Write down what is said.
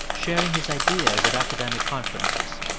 sharing his ideas at academic conferences.